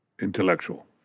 intellectual